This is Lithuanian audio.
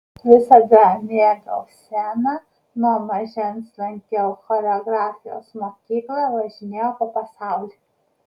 visada mėgau sceną nuo mažens lankiau choreografijos mokyklą važinėjau po pasaulį